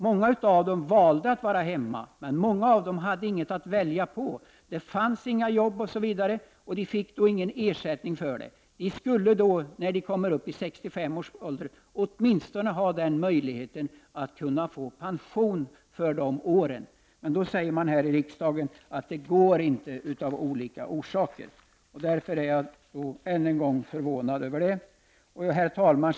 Många av dem valde att vara hemma, men många av dem hade ingenting att välja på. Det fanns inga jobb, osv. De fick då ingen ersättning för att de vårdade barn. De borde då när de kommer i 65-årsåldern åtminstone ha möjlighet att få pension för de åren. Men då säger man här i riksdagen att det av olika skäl inte går. Jag är — det vill jag än en gång säga — förvånad över det. Herr talman!